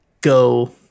go